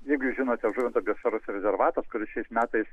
jeigu jūs žinote žuvinto biosferos rezervatas kuris šiais metais